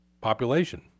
population